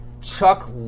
chuck